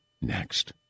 next